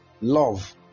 Love